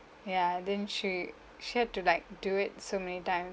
ya then she she had to like do it so many times